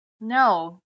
No